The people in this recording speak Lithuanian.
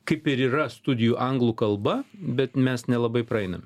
kaip ir yra studijų anglų kalba bet mes nelabai praeiname